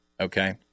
Okay